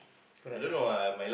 correct answer